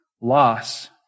loss